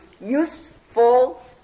useful